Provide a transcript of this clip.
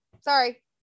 Sorry